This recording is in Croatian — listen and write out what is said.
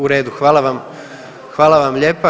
U redu, hvala vam lijepa.